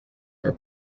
are